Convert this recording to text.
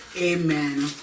amen